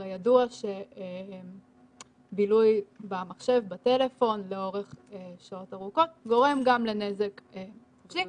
הרי ידוע שבילוי במחשב ובטלפון לאורך שעות ארוכות גורם גם לנזק נפשי,